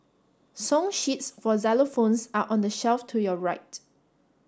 song sheets for xylophones are on the shelf to your right